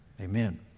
Amen